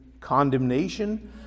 condemnation